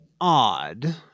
odd